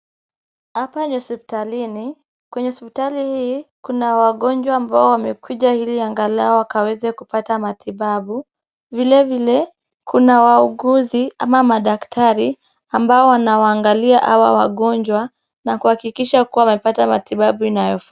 Hapa ni hospitalini, kwenye hospitali hii kuna wagonjwa ambao wamekuja ili angalau wakaweze kupata matibabu. Vilevile kuna wauguzi ama madaktari ambao wanawaangalia hawa wagonjwa na kuhakikisha kuwa wamepata matibabu inayofaa.